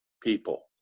people